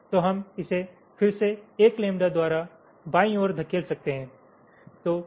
तो हम इसे फिर से 1 लैंबडा द्वारा बाईं ओर धकेल सकते हैं